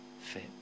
fit